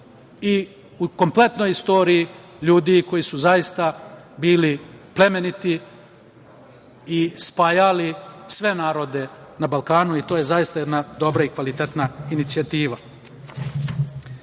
u kompletnoj istoriji ljudi koji su zaista bili plemeniti i spajali sve narode na Balkanu i to je jedna dobra i kvalitetna inicijativa. Želim